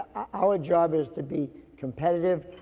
our job is to be competitive,